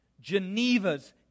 Geneva's